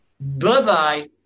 Bye-bye